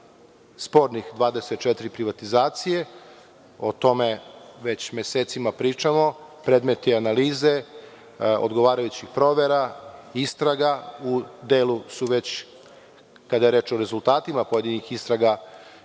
spornih 24 privatizacije, o tome već mesecima pričamo. Predmet je analize, odgovarajućih provera, istraga. Kada je reč o rezultatima, pojedinih istraga,